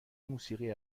موسیقی